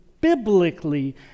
biblically